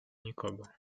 nikogo